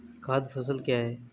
खाद्य फसल क्या है?